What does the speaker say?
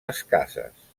escasses